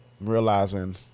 realizing